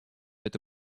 это